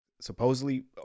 Supposedly